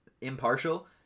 impartial